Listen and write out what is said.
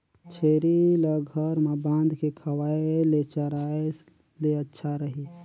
छेरी ल घर म बांध के खवाय ले चराय ले अच्छा रही?